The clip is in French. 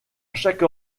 chaque